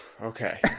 Okay